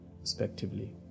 respectively